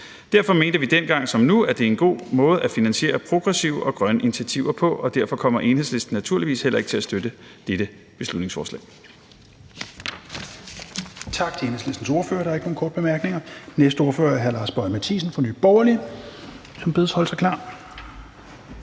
Derfor mente vi dengang som nu, at det er en god måde at finansiere progressive og grønne initiativer på, og derfor kommer Enhedslisten naturligvis heller ikke til at støtte dette beslutningsforslag.